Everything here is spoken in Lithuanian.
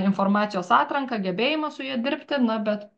informacijos atranką gebėjimą su ja dirbti na bet